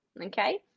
okay